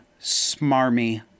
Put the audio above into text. smarmy